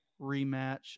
rematch